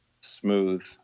Smooth